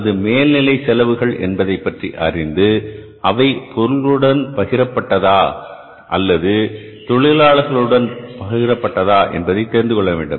அல்லது மேல்நிலை செலவுகள் என்பதைப்பற்றி அறிந்து அவை பொருளுடன் பகிரப்பட்டதா அல்லது தொழிலாளர் உடன் பகிரப்பட்டதா என்பதை தெரிந்து கொள்ள வேண்டும்